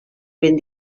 ben